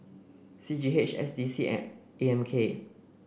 C G H S D C and A M K